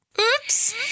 Oops